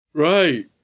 Right